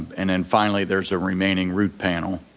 and then finally there's a remaining root panel.